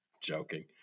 Joking